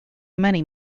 many